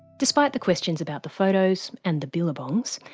despite the questions about the photos. and the billabongs.